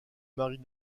marie